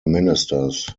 ministers